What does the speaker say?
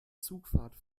zugfahrt